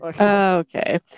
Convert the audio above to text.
okay